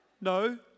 No